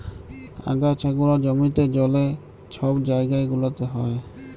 আগাছা গুলা জমিতে, জলে, ছব জাইগা গুলাতে হ্যয়